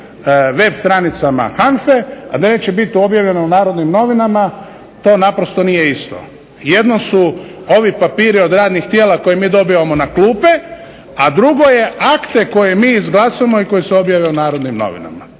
web stranicama HANFA-e, a da neće biti objavljeno u "Narodnim novinama" to naprosto nije isto. Jedno su ovi papiri od radnih tijela koje mi dobivamo na klupe, a drugo je akte koje mi izglasamo i koji se objave u "Narodnim novinama".